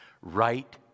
right